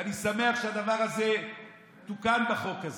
ואני שמח שהדבר הזה תוקן בחוק הזה,